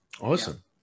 awesome